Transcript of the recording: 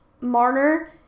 Marner